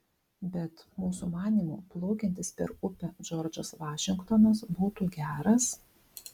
bet mūsų manymu plaukiantis per upę džordžas vašingtonas būtų geras